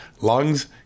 lungs